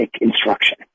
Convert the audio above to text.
instruction